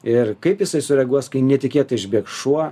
ir kaip jisai sureaguos kai netikėtai išbėgs šuo